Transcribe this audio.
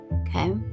Okay